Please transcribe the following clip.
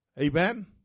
Amen